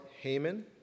Haman